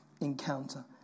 encounter